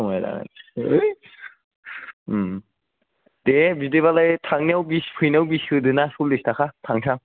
समाय लागोन है दे बिदि बालाय थांनायाव बिस फैनायाव बिस होदोना चललिस थाखा थांसां